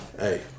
hey